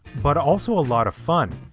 but also a lot of fun.